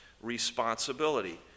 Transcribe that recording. responsibility